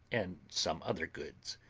and some other goods,